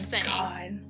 god